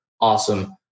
awesome